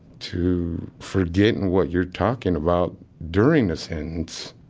to forgetting what you're talking about during the sentence